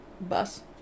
bus